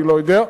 אני לא יודע,